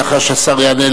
לאחר שהשר יענה,